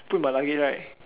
put in my luggage right